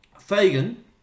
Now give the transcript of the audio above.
Fagan